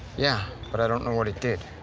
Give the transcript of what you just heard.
yeah. but, i don't know what it did.